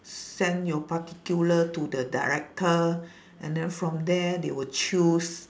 send your particular to the director and then from there they will choose